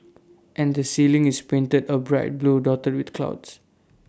and the ceiling is painted A bright blue dotted with clouds